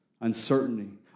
uncertainty